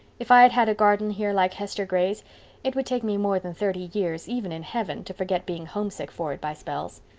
if i had had a garden here like hester gray's it would take me more than thirty years, even in heaven, to forget being homesick for it by spells.